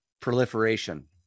proliferation